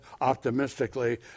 optimistically